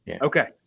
Okay